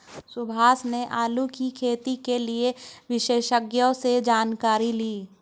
सुभाष ने आलू की खेती के लिए विशेषज्ञों से जानकारी ली